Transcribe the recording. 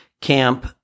camp